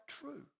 true